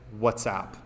WhatsApp